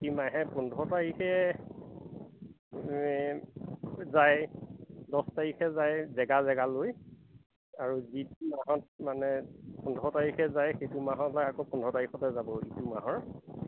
মাহে পোন্ধৰ তাৰিখে যায় দহ তাৰিখে যায় জেগা জেগা লৈ আৰু যিটো মাহত মানে পোন্ধৰ তাৰিখে যায় সেইটো মাহৰ আকৌ পোন্ধৰ তাৰিখতে যাব ইটো মাহৰ